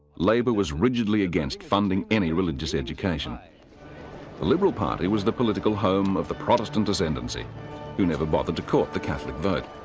labor was rigidly against funding any religious education. the liberal party was the political home of the protestant ascendancy who never bothered to court the catholic vote.